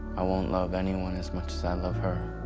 i won't love anyone as much as i love her.